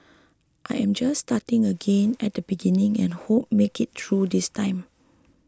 I am just starting again at the beginning and hope to make it through this time